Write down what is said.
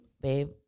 babe